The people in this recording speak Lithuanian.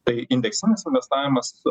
tai indeksinis investavimas